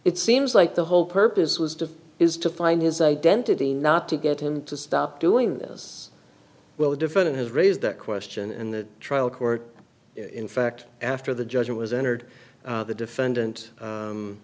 it seems like the whole purpose was to is to find his identity not to get him to stop doing this while the defendant has raised that question in the trial court in fact after the judge was entered the defendant